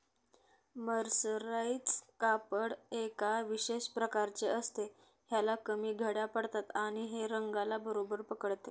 mercerise कापड एका विशेष प्रकारचे असते, ह्याला कमी घड्या पडतात आणि हे रंगाला बरोबर पकडते